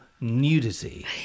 nudity